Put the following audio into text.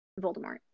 Voldemort